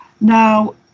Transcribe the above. Now